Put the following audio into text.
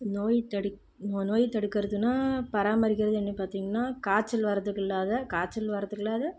நோய் தடிக் நோய் தடுக்கிறதுன்னா பராமரிக்கிறது என்ன பார்த்திங்கன்னா காய்ச்சல் வரத்துக்கு இல்லாம காய்ச்சல் வரத்துக்கு இல்லாம